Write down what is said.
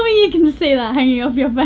ah you can see that hanging off your but